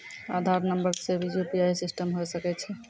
आधार नंबर से भी यु.पी.आई सिस्टम होय सकैय छै?